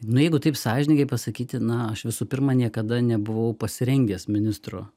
nu jeigu taip sąžiningai pasakyti na aš visų pirma niekada nebuvau pasirengęs ministro